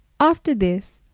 after this,